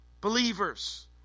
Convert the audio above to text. believers